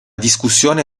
discussione